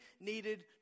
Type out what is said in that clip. needed